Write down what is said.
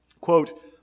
Quote